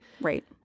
Right